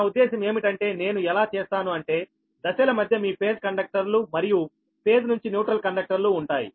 నా ఉద్దేశం ఏమిటంటే నేను ఎలా చేస్తాను అంటే దశల మధ్య మీ ఫేజ్ కండక్టర్లు మరియు ఫేజ్ నుంచి న్యూట్రల్ కండక్టర్లు ఉంటాయి